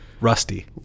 Rusty